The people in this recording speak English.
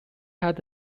had